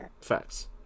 Facts